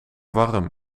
warm